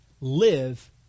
live